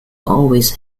always